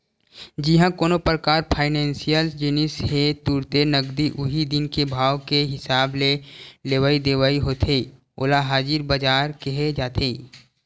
जिहाँ कोनो परकार फाइनेसियल जिनिस के तुरते नगदी उही दिन के भाव के हिसाब ले लेवई देवई होथे ओला हाजिर बजार केहे जाथे